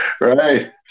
Right